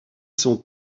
sont